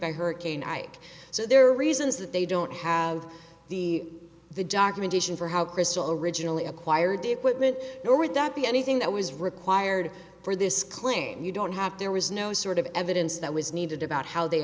by hurricane ike so there are reasons that they don't have the the documentation for how crystal originally acquired the equipment nor would that be anything that was required for this claim you don't have there was no sort of evidence that was needed about how they